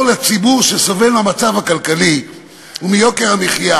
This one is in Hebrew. לציבור שסובל מהמצב הכלכלי ומיוקר המחיה